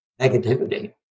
negativity